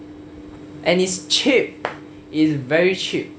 and it's cheap very cheap